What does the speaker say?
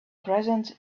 present